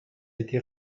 été